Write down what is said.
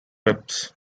ribs